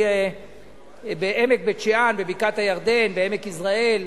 בעמק בית-שאן, בבקעת-הירדן, בעמק יזרעאל,